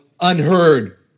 unheard